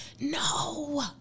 no